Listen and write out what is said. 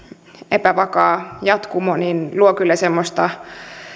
epävakaa jatkumo luo kyllä semmoista